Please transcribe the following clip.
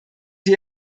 die